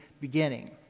beginning